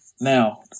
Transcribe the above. Now